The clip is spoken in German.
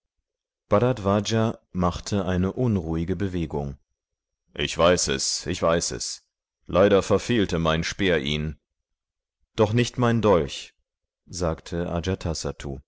bharadvaja machte eine unruhige bewegung ich weiß es ich weiß es leider verfehlte mein speer ihn doch nicht mein dolch sagte